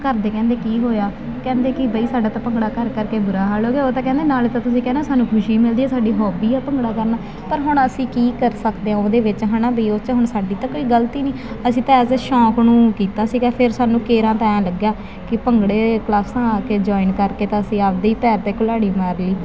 ਘਰਦੇ ਕਹਿੰਦੇ ਕੀ ਹੋਇਆ ਕਹਿੰਦੇ ਕਿ ਬਈ ਸਾਡਾ ਤਾਂ ਭੰਗੜਾ ਕਰ ਕਰ ਕੇ ਬੁਰਾ ਹਾਲ ਹੋ ਗਿਆ ਉਹ ਤਾਂ ਕਹਿੰਦੇ ਨਾਲੇ ਤਾਂ ਤੁਸੀਂ ਕਹਿੰਦੇ ਸਾਨੂੰ ਖੁਸ਼ੀ ਮਿਲਦੀ ਸਾਡੀ ਹੋਬੀ ਆ ਭੰਗੜਾ ਕਰਨਾ ਪਰ ਹੁਣ ਅਸੀਂ ਕੀ ਕਰ ਸਕਦੇ ਹਾਂ ਉਹਦੇ ਵਿੱਚ ਹੈ ਨਾ ਵੀ ਉਹ 'ਚ ਹੁਣ ਸਾਡੀ ਤਾਂ ਕੋਈ ਗਲਤੀ ਨਹੀਂ ਅਸੀਂ ਤਾਂ ਐਸ ਏ ਸ਼ੌਕ ਨੂੰ ਕੀਤਾ ਸੀਗਾ ਫਿਰ ਸਾਨੂੰ ਕੇਰਾਂ ਤਾਂ ਐਂ ਲੱਗਿਆ ਕਿ ਭੰਗੜੇ ਕਲਾਸਾਂ ਆ ਕੇ ਜੋਆਇਨ ਕਰਕੇ ਤਾਂ ਅਸੀਂ ਆਪਦੇ ਹੀ ਪੈਰ 'ਤੇ ਕੁਹਾੜੀ ਮਾਰ ਲਈ